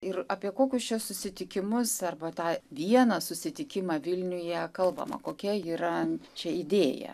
ir apie kokius čia susitikimus arba tą vieną susitikimą vilniuje kalbama kokie yra čia idėja